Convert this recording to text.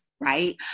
right